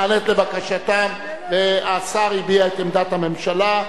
הממשלה נענית לבקשתם, השר הביע את עמדת הממשלה.